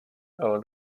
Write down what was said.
ale